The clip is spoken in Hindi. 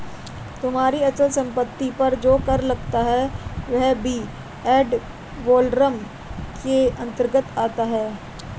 तुम्हारी अचल संपत्ति पर जो कर लगता है वह भी एड वलोरम कर के अंतर्गत आता है